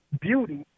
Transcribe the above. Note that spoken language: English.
beauty